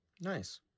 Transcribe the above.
Nice